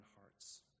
hearts